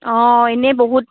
অঁ এনেই বহুত